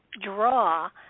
draw